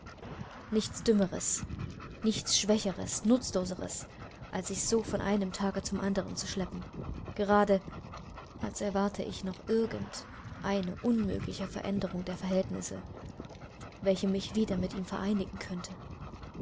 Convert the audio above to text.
nichts dümmeres nichts schwächeres nutzloseres als sich so von einem tage zum andern zu schleppen gerade als erwartete ich noch irgend eine unmögliche veränderung der verhältnisse welche mich wieder mit ihm vereinigen könnte